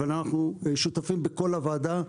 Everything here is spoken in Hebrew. אבל אנחנו שותפים בכל הוועדות.